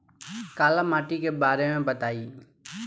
काला माटी के बारे में बताई?